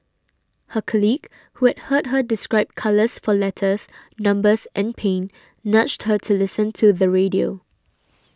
her colleague who had heard her describe colours for letters numbers and pain nudged her to listen to the radio